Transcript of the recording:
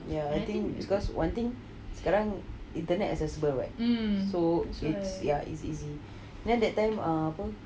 ya I think because one thing sekarang internet accessible [what] so ya it's easy then that time uh apa